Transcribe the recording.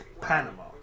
Panama